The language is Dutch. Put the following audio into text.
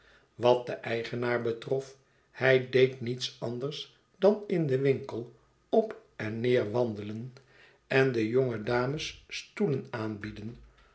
wat den eigenaar betrof hij deed niets anders dan in den winkel op en neer wandelen en de jonge dames stoelen aanbieden